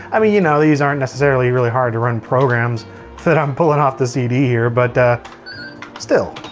i mean you know these aren't necessarily really hard-to-run programs that i'm pulling off the cd here, but still.